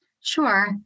Sure